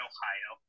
Ohio